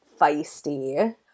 feisty